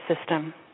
system